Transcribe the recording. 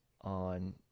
on